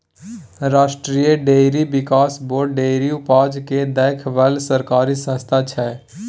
राष्ट्रीय डेयरी बिकास board dairy उपजा केँ देखै बला सरकारी संस्था छै